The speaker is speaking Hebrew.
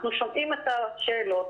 אנחנו שומעים את השאלות,